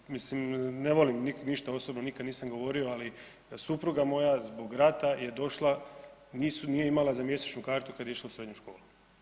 Samo, mislim, ne volim, ništa osobno, nikad nisam govorio ali supruga moja zbog rata je došla, nije imala za mjesečnu kartu kad je išla u srednju školu.